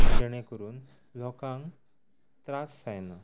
जेणे करून लोकांक त्रास जायना